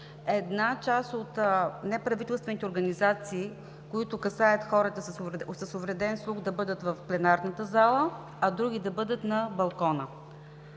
една част от неправителствените организации, които касаят хората с увреден слух, да бъдат в пленарната зала, а други да бъдат на балкона.